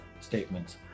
statements